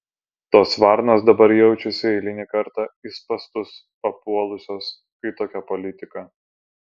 tos varnos dabar jaučiasi eilinį kartą į spąstus papuolusios kai tokia politika